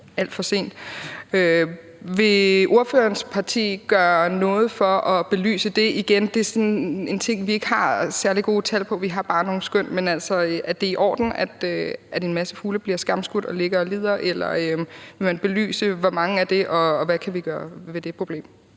Vil ordførerens parti gøre noget for at belyse det igen? Det er sådan en ting, vi ikke har særlig præcise tal på; vi har bare nogle skøn. Men er det i orden, at en masse fugle bliver skamskudt og ligger og lider? Og vil man belyse, hvor mange det drejer sig om, og hvad vi kan gøre ved det problem?